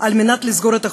על מנת לסגור את החודש,